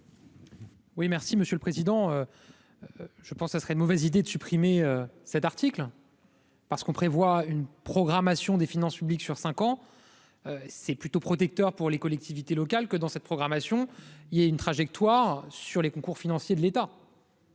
Oui, merci Monsieur le Président, je pense que ce serait une mauvaise idée de supprimer cet article. Parce qu'on prévoit une programmation des finances publiques sur 5 ans, c'est plutôt protecteur pour les collectivités locales que dans cette programmation, il y a une trajectoire sur les concours financiers de l'État.